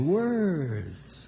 words